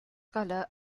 color